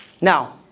Now